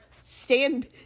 stand